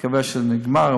אני מקווה שזה נגמר,